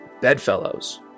bedfellows